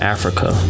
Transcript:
Africa